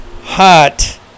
Hot